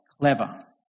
clever